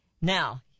Now